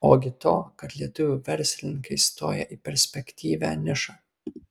ogi to kad lietuvių verslininkai stoja į perspektyvią nišą